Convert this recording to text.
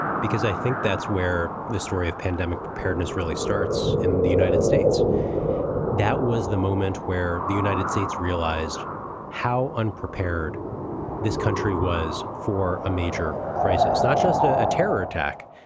because i think that's where the story of pandemic preparedness really starts in the united states that was the moment where the united states realized how unprepared this country was for a major crisis, not just ah a terror attack,